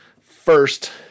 first